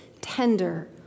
tender